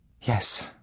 Yes